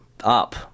up